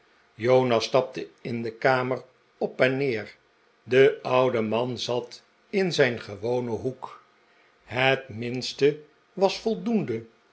jonas stapte in de kamer op en neer de oude man zat in zijn gewonen hoek het minste was voldoende